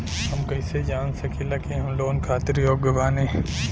हम कईसे जान सकिला कि हम लोन खातिर योग्य बानी?